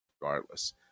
regardless